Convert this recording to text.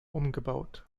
umgebaut